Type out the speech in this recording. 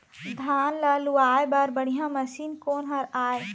धान ला लुआय बर बढ़िया मशीन कोन हर आइ?